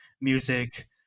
music